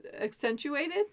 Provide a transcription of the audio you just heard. accentuated